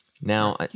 Now